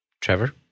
Trevor